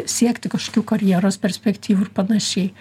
siekti kažkokių karjeros perspektyvų ir panašiai